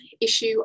issue